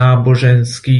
náboženský